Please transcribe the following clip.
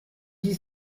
die